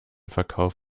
verkauf